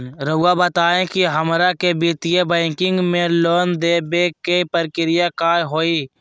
रहुआ बताएं कि हमरा के वित्तीय बैंकिंग में लोन दे बे के प्रक्रिया का होई?